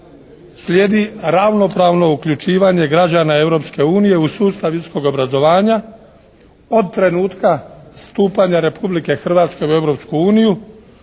sljedi ravnopravno uključivanje građana Europske unije u sustav visokog obrazovanja od trenutka stupanja Republike Hrvatske u